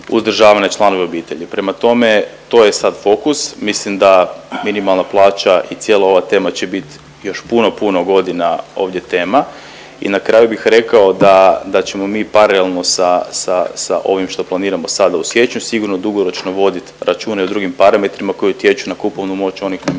uzdržavane članove obitelji, prema tome to je sad fokus. Mislim da minimalna plaća i cijela ova tema će bit još puno, puno godina ovdje tema i na kraju bih rekao da ćemo paralelno sa ovim što planiramo sada u siječnju sigurno dugoročno vodit računa i o drugim parametrima koji utječu na kupovnu moć oni koji minimalnoj